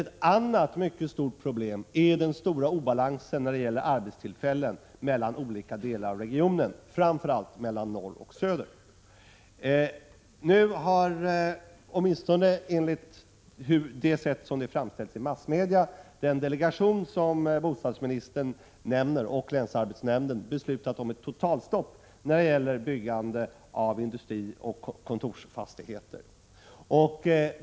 Ett annat mycket stort problem är den stora obalansen när det gäller arbetstillfällen i olika delar av regionen. Det gäller framför allt fördelningen mellan norr och söder. Nu har, åtminstone enligt massmedia, den delegation som bostadsministern nämner och länsarbetsnämnden beslutat om ett totalstopp för byggande av industrioch kontorsfastigheter.